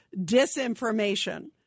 disinformation